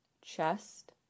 chest